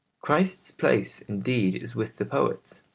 christ's place indeed is with the poets.